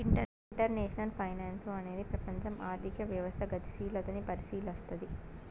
international finance అనేది ప్రపంచం ఆర్థిక వ్యవస్థ గతిశీలతని పరిశీలస్తది